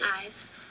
eyes